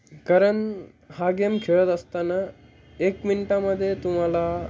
कारण हा गेम खेळत असताना एक मिनटामध्ये तुम्हाला